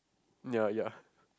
ya ya